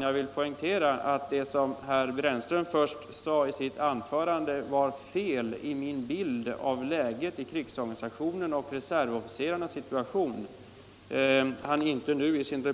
Jag vill poängtera att herr Brännström inte försökte närmare förklara vad han i sitt första anförande sade var fel i min bild av läget i krigsorganisationen och reservofficerarnas situation.